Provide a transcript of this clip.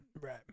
right